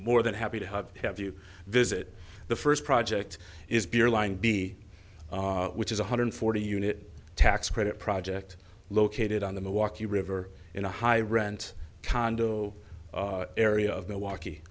more than happy to have have you visit the first project is beer line b which is one hundred forty unit tax credit project located on the milwaukee river in a high rent condo area of milwaukee